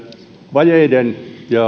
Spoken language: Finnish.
vajeiden